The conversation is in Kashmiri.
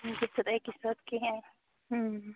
گٔژھِتھ اَکے ساتہٕ کِہیٖنٛۍ